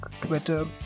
Twitter